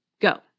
Go